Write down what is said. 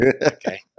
Okay